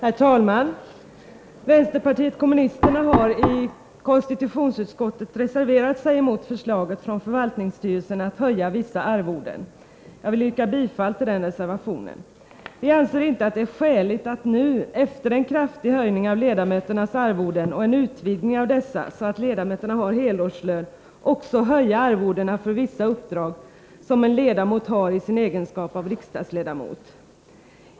Herr talman! Vänsterpartiet kommunisterna har i konstitutionsutskottet reserverat sig emot förslaget från förvaltningsstyrelsen att höja vissa arvoden. Jag vill yrka bifall till den reservationen. Vi anser inte att det är skäligt att nu, efter en kraftig höjning av ledamöternas arvoden och en utvidgning av dessa så att ledamöterna har helårslön, också höja arvodena för vissa uppdrag som en ledamot har i sin egenskap av riksdagsledamot.